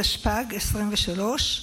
התשפ"ג 2023,